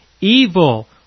evil